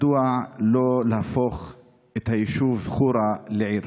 מדוע לא יהפוך היישוב לעיר?